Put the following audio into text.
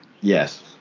Yes